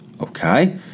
Okay